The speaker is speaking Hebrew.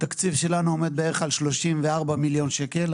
התקציב שלנו עומד בערך על 34 מיליון שקל,